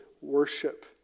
worship